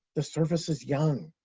the surface is young.